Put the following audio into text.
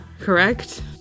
correct